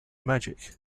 magic